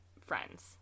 friends